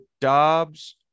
Dobbs